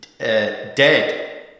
Dead